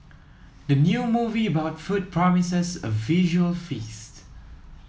the new movie about food promises a visual feast